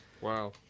Wow